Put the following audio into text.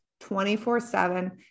24-7